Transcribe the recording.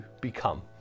become